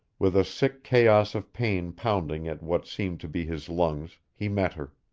with a sick chaos of pain pounding at what seemed to be his lungs he met her.